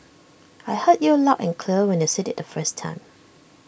I heard you loud and clear when you said IT the first time